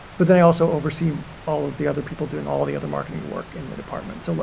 but then they also oversee all of the other people doing all the other market work in the departments. so,